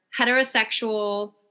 heterosexual